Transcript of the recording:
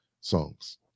songs